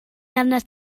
arnat